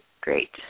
great